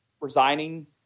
resigning